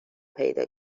پیدا